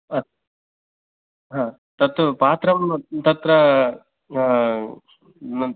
अस्तु हा तत्तु पात्रम् तत्र